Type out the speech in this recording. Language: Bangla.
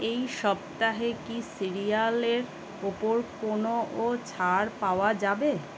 এই সপ্তাহে কি সিরিয়ালের উপর কোনো ও ছাড় পাওয়া যাবে